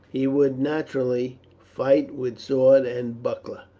he would naturally fight with sword and buckler.